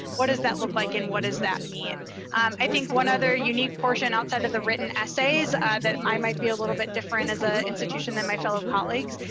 what does that look like? and what does that mean? i think one other unique portion outside of the written essays that i might be a little bit different as a institution than my fellow colleagues,